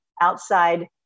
outside